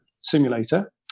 simulator